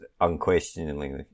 unquestioningly